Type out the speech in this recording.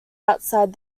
outside